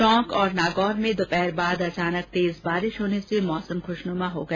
टोंक और नागौर में दोपहर बाद अचानक तेज बारिश होने से मौसम ख्शन्मा हो गया